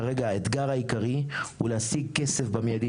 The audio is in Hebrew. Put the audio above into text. כרגע האתגר העיקרי הוא להשיג כסף במיידי.